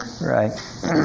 right